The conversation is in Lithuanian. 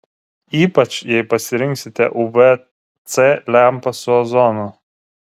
ypač jei pasirinksite uv c lempą su ozonu